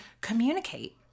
communicate